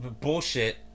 Bullshit